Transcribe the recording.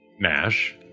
Nash